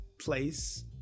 place